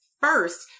first